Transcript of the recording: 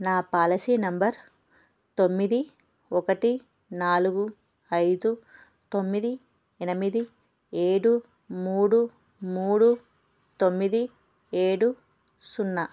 నా policy number తొమ్మిది ఒకటి నాలుగు ఐదు తొమ్మిది ఎనిమిది ఏడు మూడు మూడు తొమ్మిది ఏడు సున్నా